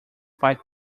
fight